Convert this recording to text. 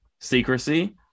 secrecy